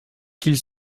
qu’ils